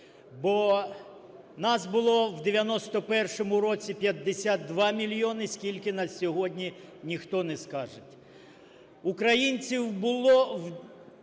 бо нас було в 91-му році 52 мільйони. Скільки нас сьогодні, ніхто не скаже. Українців було